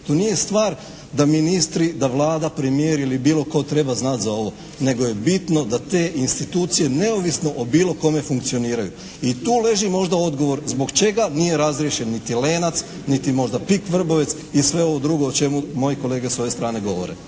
To nije stvar da ministri, da Vlada, premijer ili bilo tko treba znati za ovo nego je bitno da te institucije neovisno o bilo kome funkcioniraju i tu leži možda odgovor zbog čega nije razriješen niti "Lenac" niti možda PIK Vrbovec i sve ovo drugo o čemu moji kolege s ove strane govore.